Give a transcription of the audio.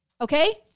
Okay